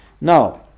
Now